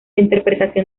interpretación